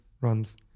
runs